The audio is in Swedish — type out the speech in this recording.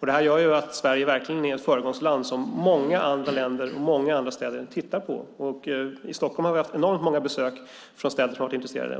Det här gör att Sverige verkligen är ett föregångsland som många andra länder och städer tittar på. I Stockholm har vi fått enormt många besök av representanter från städer som har varit intresserade.